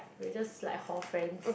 we're just like hall friends